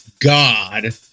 God